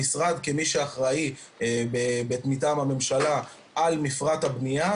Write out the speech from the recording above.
המשרד כמי שאחראי מטעם הממשלה על מפרט הבניה,